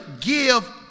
give